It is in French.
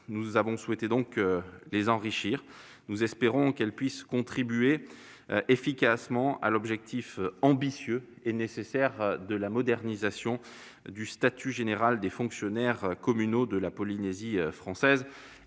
Nous avons donc souhaité l'enrichir et espérons qu'elle puisse contribuer efficacement à l'objectif ambitieux et nécessaire de modernisation du statut général des fonctionnaires communaux de Polynésie française.